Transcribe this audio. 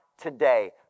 today